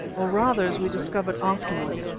or rather, as we discovered afterwards,